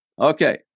Okay